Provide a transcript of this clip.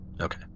Okay